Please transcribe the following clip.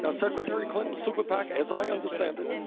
ah secretary clinton's super pac, as i understand it,